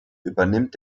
übernimmt